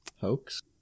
Hoax